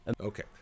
Okay